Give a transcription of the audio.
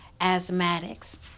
asthmatics